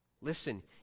Listen